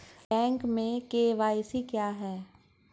Bank में KYC क्या है?